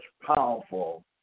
powerful